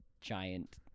giant